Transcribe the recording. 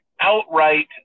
outright